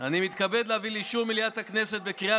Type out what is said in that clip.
אני מתכבד להביא לאישור מליאת הכנסת בקריאה